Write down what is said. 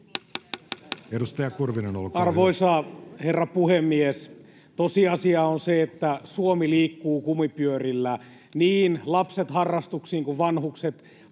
Arvoisa herra puhemies! Tosiasia on se, että Suomi liikkuu kumipyörillä, niin lapset harrastuksiin kuin vanhukset